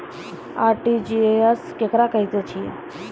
RTGS केकरा कहैत अछि?